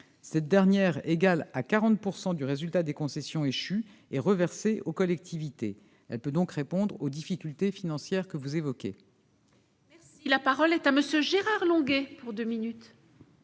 Cette dernière, égale à 40 % du résultat des concessions échues, est reversée aux collectivités. Elle peut donc répondre aux difficultés financières que vous évoquez. La parole est à M. Gérard Longuet. L'accès